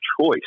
choice